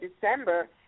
December